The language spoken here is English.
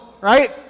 right